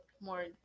More